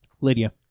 Lydia